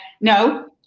No